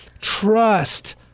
trust